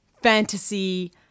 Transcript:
fantasy